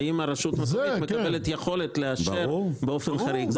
האם הרשות מקבלת יכולת לאשר באופן חריג,